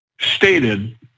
stated